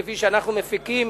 כפי שאנחנו מפיקים